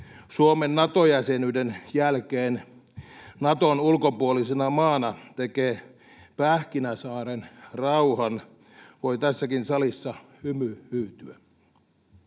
Suomen Nato-jäsenyyden jälkeen Naton ulkopuolisena maana tekee Pähkinäsaaren rauhan, voi tässäkin salissa hymy hyytyä.